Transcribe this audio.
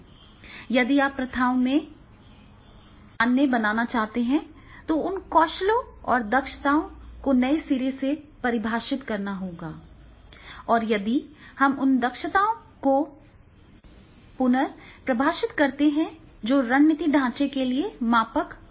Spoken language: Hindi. और यदि आप प्रथाओं को मान्य बनाना चाहते हैं तो उन कौशलों और दक्षताओं को नए सिरे से परिभाषित करना होगा और यदि हम उन दक्षताओं को पुनर्परिभाषित करते हैं जो रणनीति ढांचे के लिए मापक बन जाएंगी